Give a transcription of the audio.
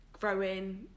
growing